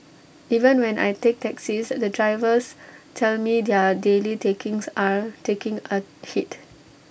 even when I take taxis the drivers tell me their daily takings are taking A hit